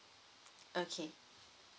okay